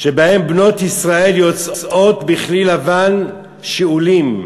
שבהם בנות ישראל יוצאות בכלי לבן שאולים,